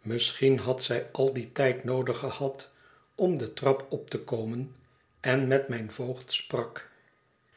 misschien had zij al dien tijd noodig gehad om de trap op te komen en met mijn voogd sprak